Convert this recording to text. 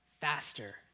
faster